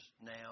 now